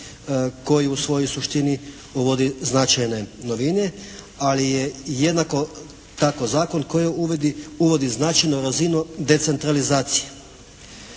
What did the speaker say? koji u svojoj suštini uvodi značajne novine, ali je jednako tako Zakon koji uvodi značajnu razinu decentralizacije.